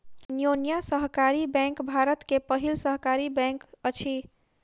अन्योन्या सहकारी बैंक भारत के पहिल सहकारी बैंक अछि